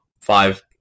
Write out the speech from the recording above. five